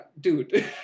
dude